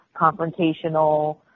confrontational